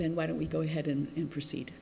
then why don't we go ahead and proceed